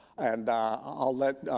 and i'll let